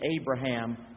Abraham